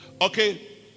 okay